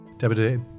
David